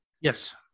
yes